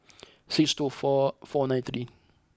six two four four nine three